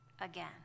again